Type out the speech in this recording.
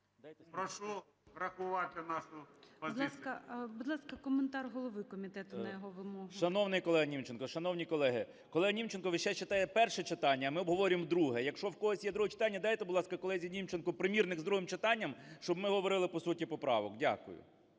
Прошу врахувати нашу позицію. ГОЛОВУЮЧИЙ. Будь ласка, будь ласка, коментар голови комітету на його вимогу. 17:29:12 КНЯЖИЦЬКИЙ М.Л. Шановний колего Німченко, шановні колеги, колега Німченко весь час читає перше читання, а ми обговорюємо друге. Якщо в когось є друге читання, дайте, будь ласка, колезі Німченку примірник з другим читанням, щоб ми говорили по суті поправок. Дякую.